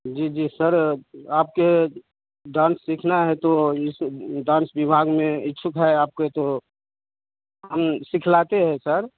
जी जी सर आपके डांस सीखना है तो इस डांस विभाग में इच्छुक है आपके तो हम सिखलाते हैं सर